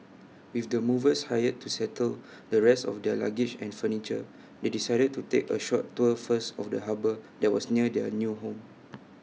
with the movers hired to settle the rest of their luggage and furniture they decided to take A short tour first of the harbour that was near their new home